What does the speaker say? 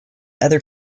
other